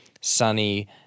sunny